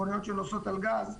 מכוניות שנוסעות על גז,